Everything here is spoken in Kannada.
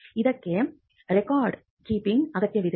ಇದಕ್ಕೆ ರೆಕಾರ್ಡ್ ಕೀಪಿಂಗ್ ಅಗತ್ಯವಿದೆ